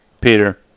Peter